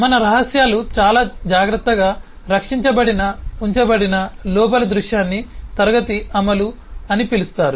మన రహస్యాలు చాలా జాగ్రత్తగా రక్షించబడిన ఉంచబడిన లోపలి దృశ్యాన్ని క్లాస్ అమలు అని పిలుస్తారు